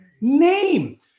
name